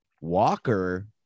walker